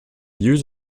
use